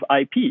IP